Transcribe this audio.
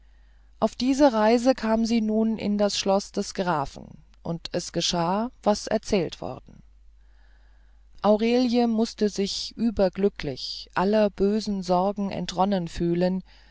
auf dieser reise kam sie nun in das schloß des grafen und es geschah was erzählt worden aurelie mußte sich überglücklich aller böser sorge entronnen fühlen